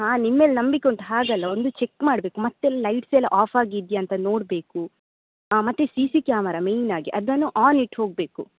ಹಾಂ ನಿಮ್ಮ ಮೇಲೆ ನಂಬಿಕೆ ಉಂಟು ಹಾಗಲ್ಲ ಒಂದು ಚೆಕ್ ಮಾಡಬೇಕು ಮತ್ತು ಲೈಟ್ಸ್ ಎಲ್ಲ ಆಫ್ ಆಗಿದೆಯಾ ಅಂತ ನೋಡಬೇಕು ಹಾಂ ಮತ್ತು ಸಿ ಸಿ ಕ್ಯಾಮರ ಮೈನಾಗಿ ಅದನ್ನು ಆನ್ ಇಟ್ಟು ಹೋಗಬೇಕು